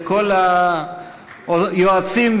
כל היועצים,